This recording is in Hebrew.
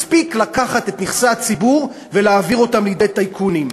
מספיק לקחת את נכסי הציבור ולהעביר אותם לידי טייקונים.